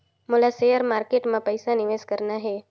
मोला share market मां पइसा निवेश करना हे?